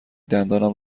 دندانم